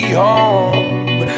home